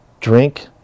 drink